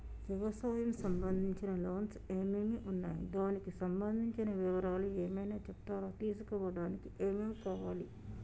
వ్యవసాయం సంబంధించిన లోన్స్ ఏమేమి ఉన్నాయి దానికి సంబంధించిన వివరాలు ఏమైనా చెప్తారా తీసుకోవడానికి ఏమేం కావాలి?